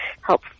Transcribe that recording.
help